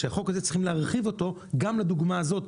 שצריך להרחיב גם לדוגמה זו.